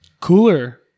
Cooler